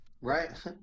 right